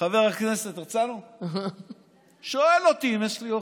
חבר הכנסת הרצנו שואל אותי אם יש לי הוכחות.